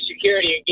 security